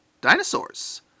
dinosaurs